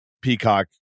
peacock